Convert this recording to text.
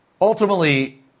Ultimately